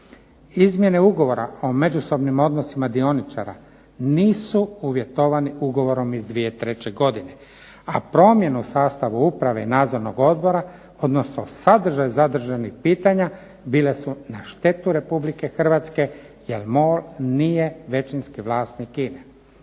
Izmjene Ugovora o međusobnim odnosima dioničara nisu uvjetovani ugovorom iz 2003. godine, a promjenu u sastavu uprave Nadzornog odbora, odnosno sadržaj zadržanih pitanja bile su na štetu Republike Hrvatske jer MOL nije većinski vlasnik INA-e.